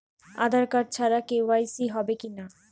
আধার card ছাড়া KYC হবে কিনা?